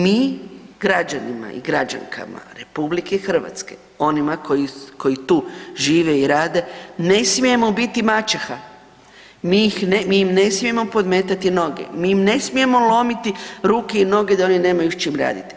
Mi građanima i građankama RH onima koji tu žive i rade ne smijemo biti maćeha, mi im ne smijemo podmetati noge, mi im ne smijemo lomiti ruke i noge da oni nemaju s čim raditi.